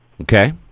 Okay